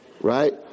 right